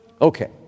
Okay